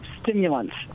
stimulants